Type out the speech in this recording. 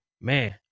man